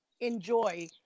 enjoy